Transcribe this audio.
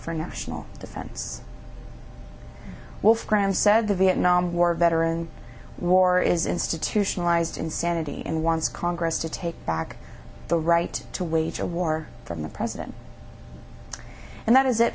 for national defense wolf graham said the vietnam war veteran war is institutionalized insanity and wants congress to take back the right to wage a war from the president and that is it